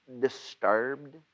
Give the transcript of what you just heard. disturbed